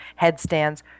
headstands